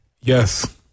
Yes